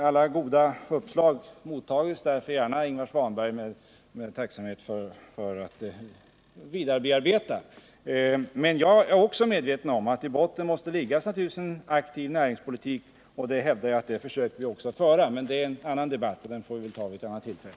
Alla goda uppslag mottages därför, Ingvar Svanberg, med tacksamhet för vidare bearbetning. Jag är också medveten om att sådana insatser måste understödjas av en aktiv näringspolitik, och jag hävdar att vi försöker att föra en sådan. Men det är en annan debatt, som vi får ta upp vid ett senare tillfälle.